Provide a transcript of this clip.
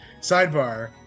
sidebar